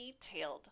detailed